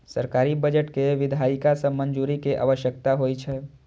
सरकारी बजट कें विधायिका सं मंजूरी के आवश्यकता होइ छै